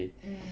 mm